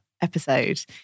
episode